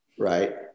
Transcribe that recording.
right